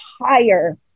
higher